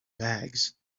bags